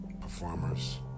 performers